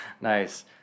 Nice